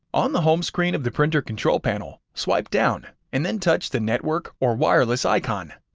on the home screen of the printer control panel, swipe down, and then touch the network or wireless icon.